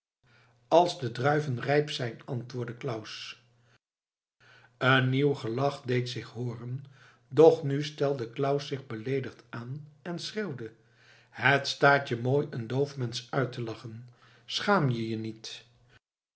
als de druiven rijp zijn antwoordde claus een nieuw gelach deed zich hooren doch nu stelde claus zich beleedigd aan en schreeuwde het staat je mooi een doof mensch uit te lachen schaam je je niet